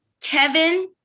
Kevin